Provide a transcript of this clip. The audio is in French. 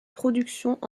productions